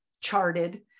charted